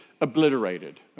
obliterated